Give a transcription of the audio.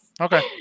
Okay